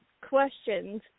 questions